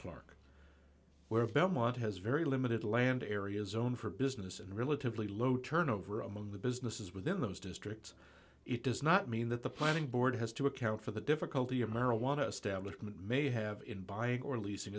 clark where belmont has very limited land area zone for business and religiously low turnover among the businesses within those districts it does not mean that the planning board has to account for the difficulty of marijuana establishment may have in buying or leasing